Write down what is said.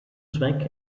zweck